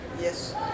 Yes